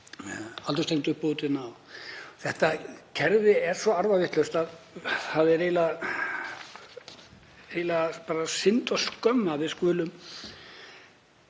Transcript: aldurstengdu uppbótina. Þetta kerfi er svo arfavitlaust að það er eiginlega synd og skömm að við skulum